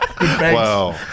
Wow